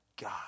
God